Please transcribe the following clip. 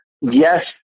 yes